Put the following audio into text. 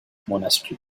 monastery